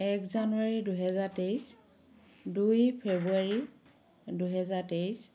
এক জানুৱাৰী দুহেজাৰ তেইছ দুই ফেব্ৰুৱাৰী দুহেজাৰ তেইছ